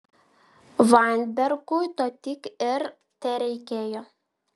vainbergui to tik ir tereikėjo